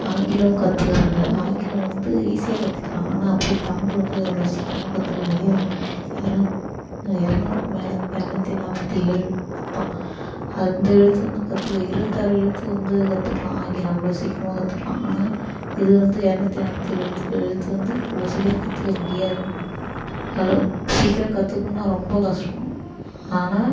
ஆங்கிலம் கற்றுக்கிறாங்க ஆங்கிலம் வந்து ஈசியாக கற்றுக்கலாம் ஆனால் அப்படி தமிழ் வந்து அவ்வளோ சீக்கிரமாக கற்றுக்க முடியாது இரநூத் இரநூறுக்கு மேலே இரநூத்தி நாற்பத்தி ஏழு மொத்தம் அந்த எழுத்து வந்து கற்றுக்க இருபத்தாறு எழுத்து வந்து கற்றுக்கலாம் ஆங்கிலம் அவ்வளோ சீக்கிரமாக கற்றுக்கலாம் ஆனால் இது வந்து இரநூற்றி நாற்பத்தி ஏழு எழுத்து எழுத்து வந்து இவ்வளோ சீக்கிரம் கற்றுக்க முடியாது அவ்வளோ சீக்கிரம் கற்றுக்கணும்னா ரொம்ப கஷ்டம் ஆனால்